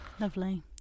Lovely